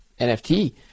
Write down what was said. NFT